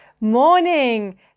morning